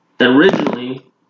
originally